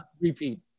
repeat